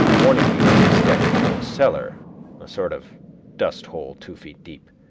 warning me not to step into the cellar, a sort of dust hole two feet deep.